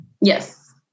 Yes